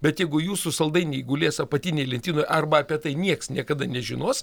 bet jeigu jūsų saldainiai gulės apatinėj lentynoj arba apie tai nieks niekada nežinos